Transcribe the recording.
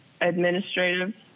administrative